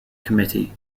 committee